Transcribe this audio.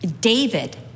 David